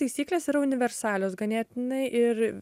taisyklės yra universalios ganėtinai ir